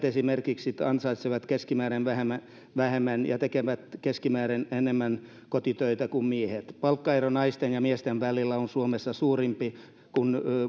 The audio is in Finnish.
esimerkiksi ansaitsevat keskimäärin vähemmän vähemmän ja tekevät keskimäärin enemmän kotitöitä kuin miehet palkkaero naisten ja miesten välillä on suomessa suurempi kuin